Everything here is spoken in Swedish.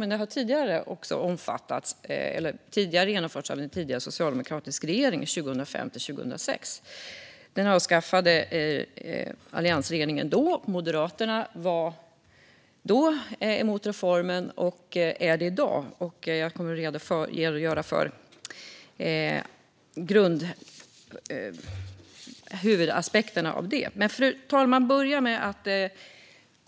Men en sådan reform genomfördes också av en tidigare socialdemokratisk regering 2005/06. Den avskaffades sedan av alliansregeringen. Moderaterna var då emot reformen och är det även i dag. Jag kommer att redogöra för huvudaspekterna på det. Fru talman! Jag ska börja med